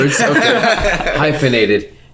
Hyphenated